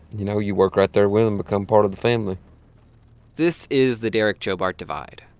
you know, you work right there with them, become part of the family this is the derek-joe bart divide.